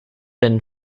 been